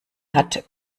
hat